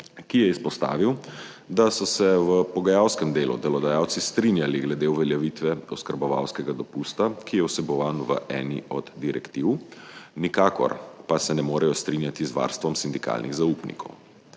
ki je izpostavil, da so se v pogajalskem delu delodajalci strinjali glede uveljavitve oskrbovalskega dopusta, ki je vsebovan v eni od direktiv, nikakor pa se ne morejo strinjati z varstvom sindikalnih zaupnikov.